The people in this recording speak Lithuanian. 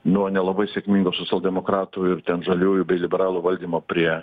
nuo nelabai sėkmingų socialdemokratų ir ten žaliųjų bei liberalų valdymo prie